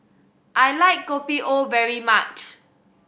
I like Kopi O very much